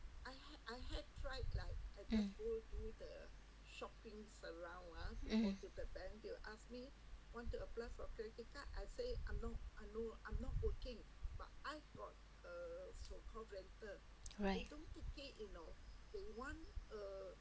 mm mm right